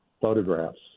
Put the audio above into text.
photographs